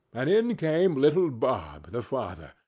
and in came little bob, the father,